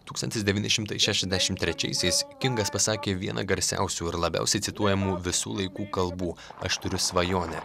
tūkstantis devyni šimtai šešiasdešim trečiaisiais kingas pasakė vieną garsiausių ir labiausiai cituojamų visų laikų kalbų aš turiu svajonę